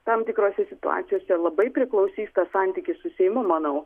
tam tikrose situacijose labai priklausys tas santykis su seimu manau